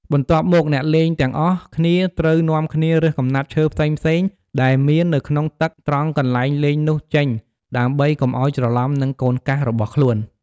បន្ទាប់មក អ្នកលេងទាំងអស់គ្នាត្រូវនាំគ្នារើសកំណាត់ឈើផ្សេងៗដែលមាននៅក្នុងទឹកត្រង់កន្លែងលេងនោះចេញ ដើម្បីកុំឲ្យច្រឡំនឹង "កូនកាស" របស់ខ្លួន។